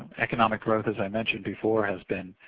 economic growth as i mentioned before has been